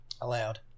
Allowed